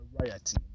variety